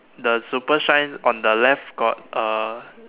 the super shine on the left got uh